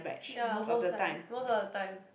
ya most like most of the time